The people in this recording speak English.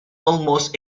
almost